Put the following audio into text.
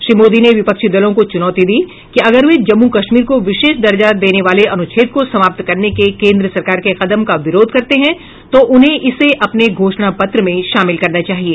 श्री मोदी ने विपक्षी दलों को चुनौती दी कि अगर वे जम्मू कश्मीर को विशेष दर्जा देने वाले अनुच्छेद को समाप्त करने के केन्द्र सरकार के कदम का विरोध करते हैं तो उन्हें इसे अपने घोषणा पत्र में शामिल करना चाहिए